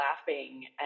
laughing